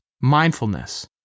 mindfulness